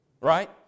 right